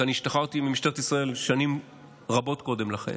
כי אני השתחררתי ממשטרת ישראל שנים רבות קודם לכן,